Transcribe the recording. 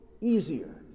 easier